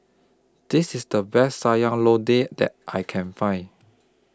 This IS The Best Sayur Lodeh that I Can Find